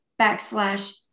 backslash